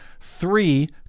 three